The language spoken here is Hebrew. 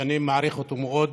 שאני מעריך אותו מאוד,